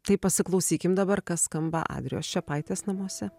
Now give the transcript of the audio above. tai pasiklausykim dabar kas skamba adrijos čepaitės namuose